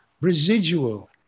residual